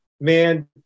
Man